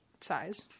size